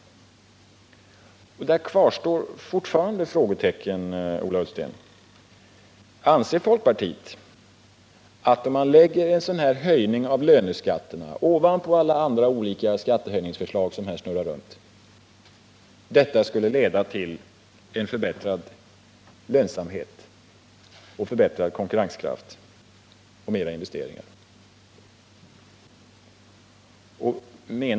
Där kvarstår fortfarande frågetecken, Ola Ullsten. Anser folkpartiet att det, om man lägger en sådan här höjning av löneskatten ovanpå alla andra skattehöjningsförslag som här snurrar runt, skulle leda till förbättrad lönsamhet, ökad konkurrenskraft och större investeringar?